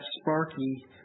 Sparky